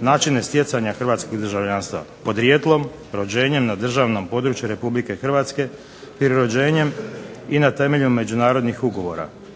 načine stjecanja hrvatskog državljanstva: podrijetlom, rođenjem na državnom području Republike Hrvatske i rođenjem i na temelju međunarodnih ugovora.